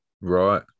Right